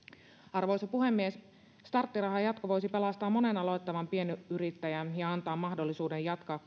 arvoisa puhemies starttirahan jatko voisi pelastaa monen aloittavan pienyrittäjän ja koronatilanteen helpotuttua antaa mahdollisuuden jatkaa